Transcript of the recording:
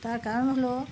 তার কারণ হলো